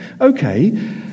Okay